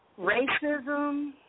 racism